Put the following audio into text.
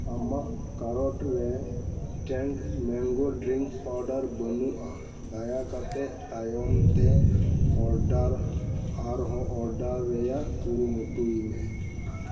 ᱟᱢᱟᱜ ᱠᱮᱨᱮᱴ ᱨᱮ Tang mango drink powder ᱵᱟᱹᱱᱩᱜᱼᱟ ᱫᱟᱭᱟ ᱠᱟᱛᱮᱫ ᱛᱟᱭᱚᱢ ᱛᱮ ᱚᱰᱟᱨ ᱟᱨ ᱦᱚᱸ ᱚᱰᱟᱨ ᱨᱮᱭᱟᱜ ᱠᱩᱨᱩᱢᱩᱴᱩᱭ ᱢᱮ